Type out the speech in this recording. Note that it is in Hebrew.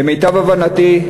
למיטב הבנתי,